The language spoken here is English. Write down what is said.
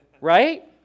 Right